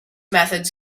methods